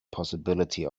possibility